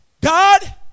God